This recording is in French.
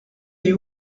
est